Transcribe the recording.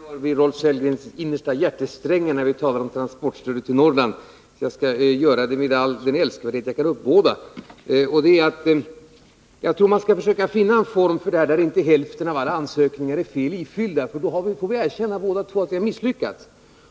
Herr talman! Jag vet att jag rör vid Rolf Sellgrens innersta hjärtesträngar när jag talar om transportstödet till Norrland. Jag skall därför göra det med all den älskvärdhet jag kan uppbåda. Jag tror att man skall försöka finna en form för detta som inte medför att hälften av alla ansökningar blir felaktigt ifyllda. När så är fallet måste vi båda erkänna att vi har misslyckats.